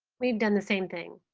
we've done the same thing.